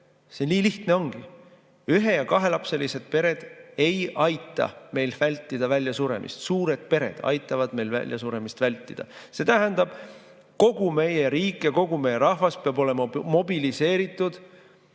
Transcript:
See nii lihtne ongi. Ühe- ja kahelapselised pered ei aita meil vältida väljasuremist, suured pered aitavad meil väljasuremist vältida. See tähendab, et kogu meie riik ja kogu meie rahvas peab olema mobiliseeritud